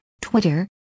Twitter